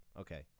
Okay